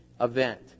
event